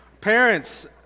Parents